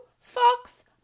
fox